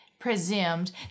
Presumed